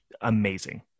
amazing